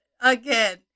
again